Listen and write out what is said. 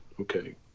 Okay